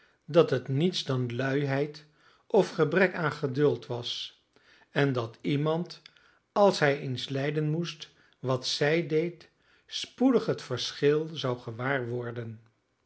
dat het niets dan luiheid of gebrek aan geduld was en dat iemand als hij eens lijden moest wat zij leed spoedig het verschil zou gewaar worden